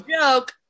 joke